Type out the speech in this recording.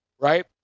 Right